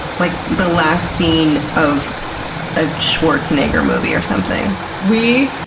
like the last scene of a schwarzenegger movie or something. we.